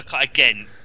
Again